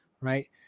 right